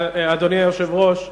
אדוני היושב-ראש,